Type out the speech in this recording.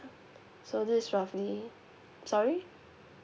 so this is roughly sorry